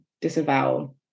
disavow